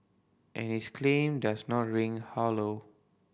and his claim does not ring hollow